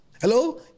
Hello